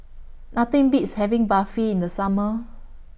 Nothing Beats having Barfi in The Summer